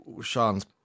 Sean's